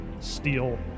steel